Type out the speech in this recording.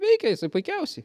veikia jisai puikiausiai